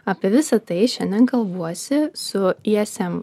apie visa tai šiandien kalbuosi su i esem